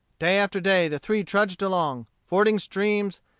day after day the three trudged along, fording streams,